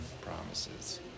promises